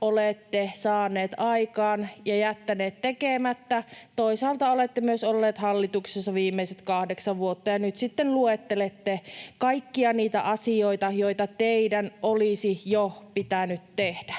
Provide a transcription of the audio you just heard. olette saaneet aikaan ja jättäneet tekemättä. Toisaalta olette myös olleet hallituksessa viimeiset kahdeksan vuotta, ja nyt sitten luettelette kaikkia niitä asioita, joita teidän olisi jo pitänyt tehdä.